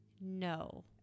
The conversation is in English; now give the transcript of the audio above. No